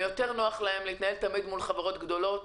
יותר נוח להתנהל תמיד מול חברות גדולות.